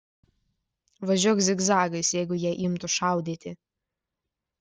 važiuok zigzagais jeigu jie imtų šaudyti